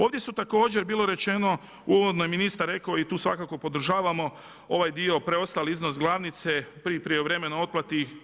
Ovdje je također bilo rečeno uvodno je i ministar rekao i tu svakako podržavamo ovaj dio preostali iznos glavnice pri prijevremenoj otplati.